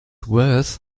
worth